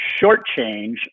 shortchange